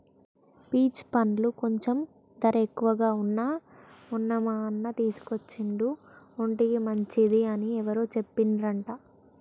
peach పండ్లు కొంచెం ధర ఎక్కువగా వున్నా మొన్న మా అన్న తీసుకొచ్చిండు ఒంటికి మంచిది అని ఎవరో చెప్పిండ్రంట